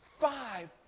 five